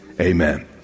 Amen